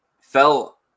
fell